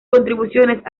contribuciones